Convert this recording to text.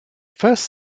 first